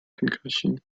concussion